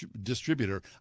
distributor